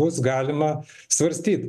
bus galima svarstyt